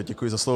Děkuji za slovo.